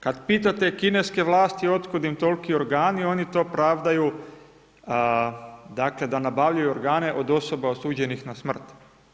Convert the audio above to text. Kad pitate kineske vlasti od kud im toliki organi, oni to pravdaju, dakle, da nabavljaju organe od osoba osuđenih na smrt.